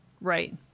Right